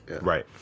Right